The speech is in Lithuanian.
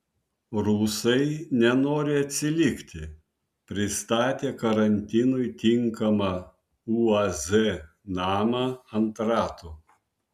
rusai nenori atsilikti pristatė karantinui tinkamą uaz namą ant ratų